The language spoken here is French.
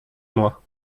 mois